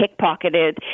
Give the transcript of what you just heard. pickpocketed